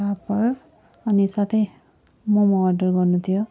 पापड अनि साथै मम अर्डर गर्नु थियो